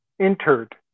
entered